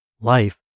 Life